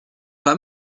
pas